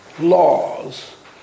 laws